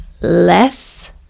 less